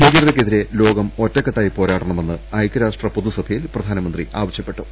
ഭീകരതക്കെതിരെ ലോകം ഒറ്റക്കെട്ടായി പോരാടണമെന്ന് ഐക്യരാഷ്ട്ര പൊതുസഭയിൽ പ്രധാനമന്ത്രി ആവശ്യ പ്പെട്ടു